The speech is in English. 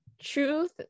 truth